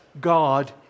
God